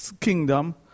kingdom